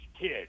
Kid